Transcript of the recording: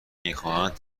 میخواهند